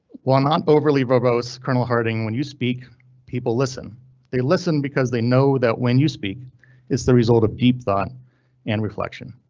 while not overly verbose, colonel harting, when you speak people listen they listen because they know that when you speak it's the result of deep thought and reflection.